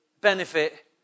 benefit